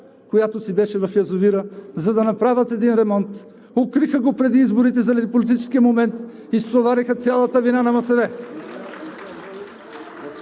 която си беше в язовира, за да направят един ремонт, укриха го преди изборите заради политическия момент и стовариха цялата вина на МОСВ.